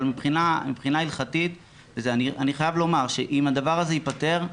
אבל מבחינה הלכתית אני חייב לומר שאם העניין הזה ייפתר,